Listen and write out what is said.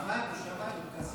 שמענו.